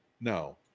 No